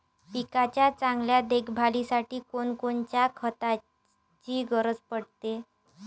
पिकाच्या चांगल्या देखभालीसाठी कोनकोनच्या खताची गरज पडते?